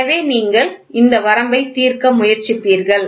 எனவே நீங்கள் இந்த வரம்பை தீர்க்க முயற்சிப்பீர்கள்